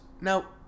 now